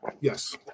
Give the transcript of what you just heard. yes